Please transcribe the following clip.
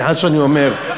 סליחה שאני אומר.